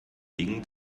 dingen